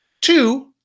Two